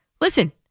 Listen